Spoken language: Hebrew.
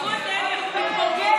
תראו את אלי, איך הוא מתמוגג.